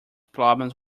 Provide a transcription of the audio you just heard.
problems